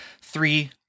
three